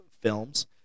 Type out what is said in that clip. films